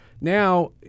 Now